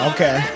Okay